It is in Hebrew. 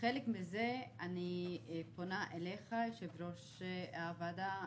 ובחלק מזה אני פונה אליך, יושב-ראש הוועדה קושניר,